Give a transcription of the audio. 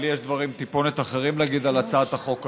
כי לי יש דברים טיפונת אחרים להגיד על הצעת החוק הזאת: